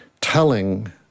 telling